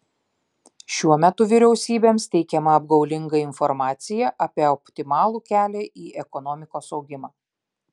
šiuo metu vyriausybėms teikiama apgaulinga informacija apie optimalų kelią į ekonomikos augimą